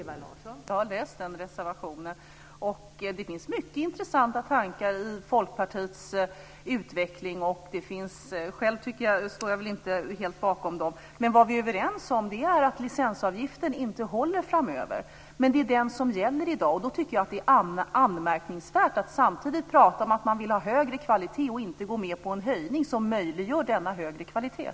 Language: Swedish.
Fru talman! Jag har läst den reservationen. Det finns många intressanta tankar i det Folkpartiet utvecklar. Själv står jag väl inte helt bakom dem. Det vi är överens om är att licensavgiften inte håller framöver. Men det är den som gäller i dag. Då tycker jag att det är anmärkningsvärt att samtidigt prata om att man vill ha högre kvalitet och inte gå med på en höjning som möjliggör denna högre kvalitet.